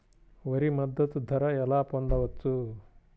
వరి మద్దతు ధర ఎలా పొందవచ్చు?